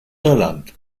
irland